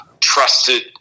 trusted